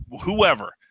whoever